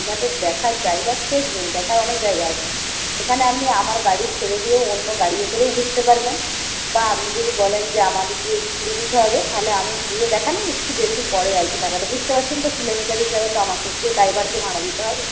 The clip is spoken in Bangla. দীঘাতে দেখার জায়গার শেষ নেই দেখার অনেক জায়গা আছে সেখানে আপনি আমার গাড়ি ছেড়ে দিয়ে অন্য গাড়িতে করেও ঘুরতে পারবেন বা আপনি যদি বলেন যে আমাদেরকেই ঘুরিয়ে দিতে হবে তাহলে আমি ঘুরিয়ে দেখালে একটু বেশি পড়ে আর কি টাকাটা বুঝতে পারছেন তো কিলোমিটার হিসাবে তো আমাকেও তো ড্রাইভারকে ভাড়া দিতে হবে